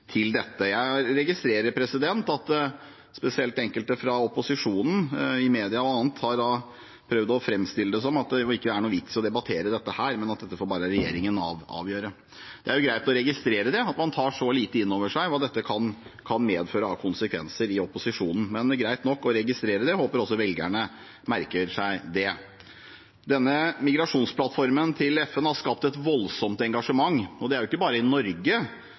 til dette. Jeg registrerer at spesielt enkelte fra opposisjonen i media og annet har prøvd å framstille det som at det ikke er noen vits i å debattere dette, at dette får bare regjeringen avgjøre. Det er jo greit å registrere at man i opposisjonen i så liten grad tar inn over seg hva dette kan medføre av konsekvenser. Men det er greit nok, jeg registrerer det og håper at også velgerne merker seg det. Denne migrasjonsplattformen til FN har skapt et voldsomt engasjement – og ikke bare i Norge,